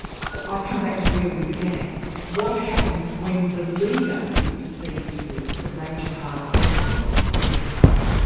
i come back to where we began what happens when the leader is perceived to be the major part of the problem, wendy mccarthy?